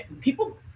people